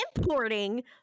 Importing